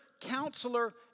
counselor